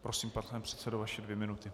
Prosím, pane předsedo vaše dvě minuty.